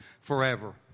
forever